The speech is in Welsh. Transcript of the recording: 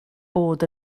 bod